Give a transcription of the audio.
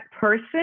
person